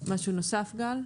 משהו נוסף, גל,